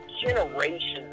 generations